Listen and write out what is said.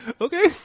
Okay